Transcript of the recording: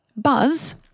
Buzz